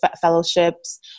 fellowships